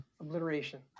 obliteration